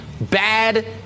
bad